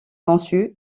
conçu